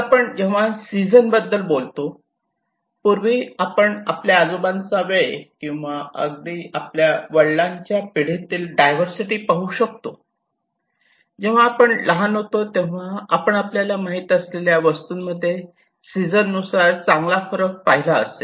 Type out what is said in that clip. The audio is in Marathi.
आता जेव्हा आपण सीझन बद्दल बोलतो पूर्वी आपण आपल्या आजोबांचा वेळ किंवा आपल्या अगदी वडिलांचा पिढीत डायव्हर्सिटी पाहू शकतो जेव्हा आपण लहान होतो तेव्हा आम्हाला आपल्याला माहित असलेल्या वस्तूंमध्ये सीझन नुसार चांगला फरक पाहिला असेल